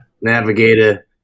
navigator